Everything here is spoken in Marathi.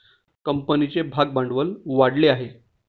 कंपनीचे भागभांडवल वाढले आहे